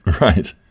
Right